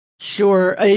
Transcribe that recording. Sure